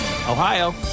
Ohio